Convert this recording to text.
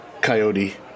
coyote